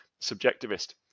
subjectivist